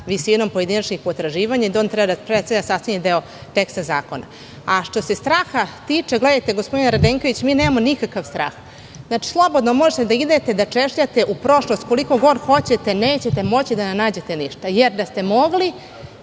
visinom pojedinačnih potraživanja i da on treba da predstavlja sastavni deo teksta zakona. Što se straha tiče, gospodine Radenkoviću, mi nemamo nikakv strah. Slobodno možete da idete, da češljate u prošlost koliko god hoćete. Nećete moći da nam nađete ništa, jer da ste mogli,